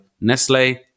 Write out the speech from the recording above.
Nestle